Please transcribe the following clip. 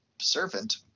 servant